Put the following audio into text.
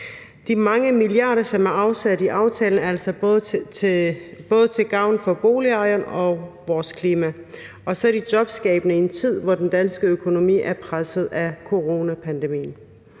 De mange milliarder, som er afsat i aftalen, er altså både til gavn for boligejeren og vores klima, og så er de jobskabende i en tid, hvor den danske økonomi er presset af coronapandemien.